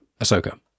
Ahsoka